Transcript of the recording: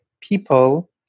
people